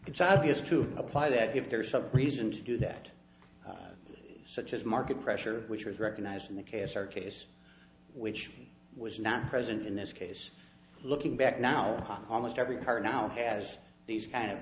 it's obvious to apply that if there is some reason to do that such as market pressure which was recognized in the cancer case which was not present in this case looking back now ha ha most every car now has these kind of